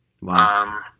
Wow